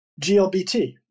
GLBT